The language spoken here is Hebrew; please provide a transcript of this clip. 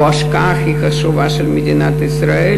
ההשקעה הכי חשובה של מדינת ישראל,